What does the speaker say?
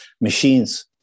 machines